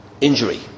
injury